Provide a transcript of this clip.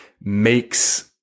makes